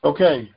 Okay